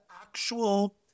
actual